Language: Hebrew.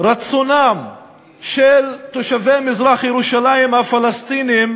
ברצונם של תושבי מזרח-ירושלים הפלסטינים